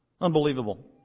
Unbelievable